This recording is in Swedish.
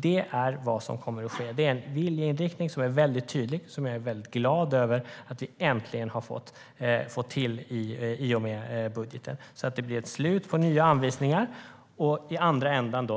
Det är det som kommer att ske. Det är en tydlig viljeinriktning som jag glad över att vi äntligen har fått till i och med budgeten. Nu blir det slut på nya anvisningar, och i andra änden